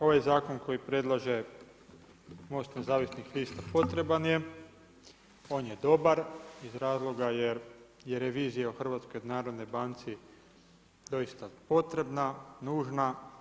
Ovaj zakon koji predlaže Most nezavisnih lista potreban je, on je dobar iz razloga jer je revizija u HNB-u doista potrebna, nužna.